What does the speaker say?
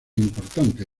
importante